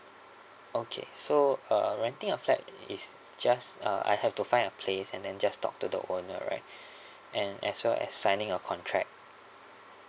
okay so uh renting a flat is just uh I have to find a place and then just talk to the owner right and as well as signing a contract